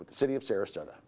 with the city of sarasota